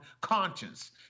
conscience